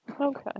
Okay